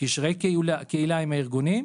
קשרי קהילה עם הארגונים,